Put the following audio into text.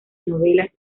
novelas